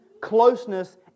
closeness